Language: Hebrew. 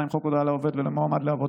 לעניין מעון יום,